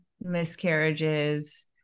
miscarriages